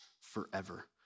forever